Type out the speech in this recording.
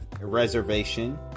reservation